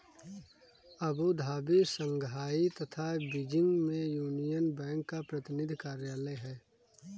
Abu Dhabi, Shanghai तथा Beijing में यूनियन बैंक का प्रतिनिधि कार्यालय है?